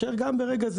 רגע,